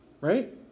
right